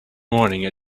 morning